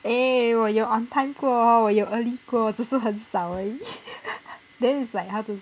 eh 我有 on time 过我有 early 过只是很少而已 then it's like how to